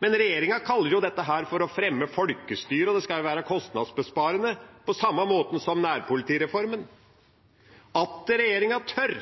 men regjeringa kaller dette for «å fremme folkestyre», og det skal være kostnadsbesparende, på samme måte som nærpolitireformen. At regjeringa tør!